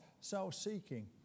self-seeking